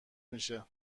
میشه